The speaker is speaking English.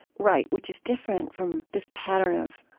right, which is different from this pattern of